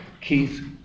Keith